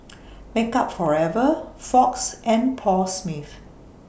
Makeup Forever Fox and Paul Smith